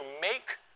make